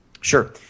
Sure